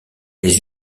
les